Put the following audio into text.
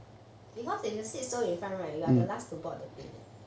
because if you sit so in front right you are the last to board the plane